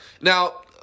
Now